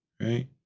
right